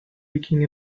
ringing